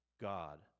God